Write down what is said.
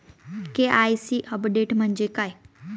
KYC update म्हणजे काय?